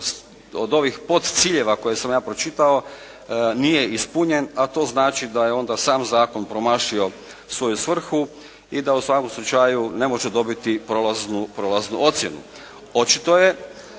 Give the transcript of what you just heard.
od ovih podciljeva koje sam ja pročitao nije ispunjen, a to znači da je onda sam zakon promašio svoju svrhu i da u svakom slučaju ne može dobiti prolaznu ocjenu. Očito je